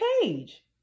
page